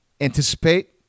anticipate